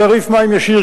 תעריף מים ישיר,